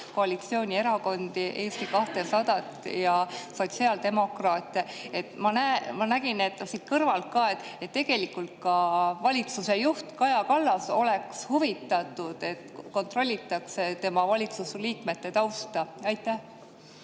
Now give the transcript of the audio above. koalitsioonierakondi: Eesti 200 ja sotsiaaldemokraate. Ma nägin siit kõrvalt ka, et tegelikult valitsuse juht Kaja Kallas oleks huvitatud, et kontrollitaks tema valitsuse liikmete tausta. Jah,